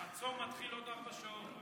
הצום מתחיל בעוד ארבע שעות.